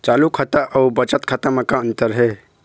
चालू खाता अउ बचत खाता म का अंतर हे?